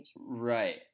Right